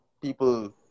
people